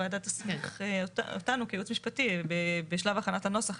הוועדה תסמיך אותנו כייעוץ משפטי בשלב הכנת הנוסח,